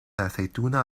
aceituna